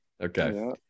Okay